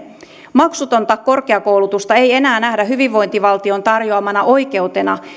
maksutonta korkeakoulutusta ei enää nähdä hyvinvointivaltion tarjoamana oikeutena